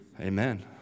Amen